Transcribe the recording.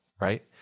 right